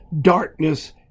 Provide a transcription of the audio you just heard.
darkness